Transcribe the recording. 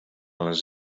les